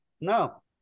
No